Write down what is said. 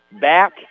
Back